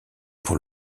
pour